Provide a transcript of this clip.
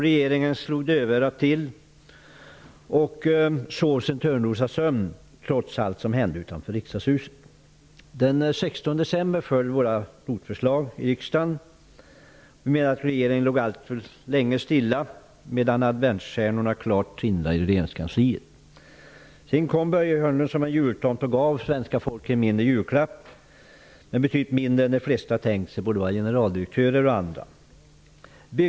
Regeringen slog dövörat till och sov sin törnrosasömn -- trots allt som hände utanför riksdagshuset. Den 16 december föll våra ROT-förslag i riksdagen. Regeringen låg alltför länge stilla medan adventsstjärnorna tindrade klart i regeringskansliet. Sedan kom Börje Hörnlund som en jultomte och gav svenska folket en julklapp, men betydligt mindre än vad både generaldirektörer och andra hade tänkt sig.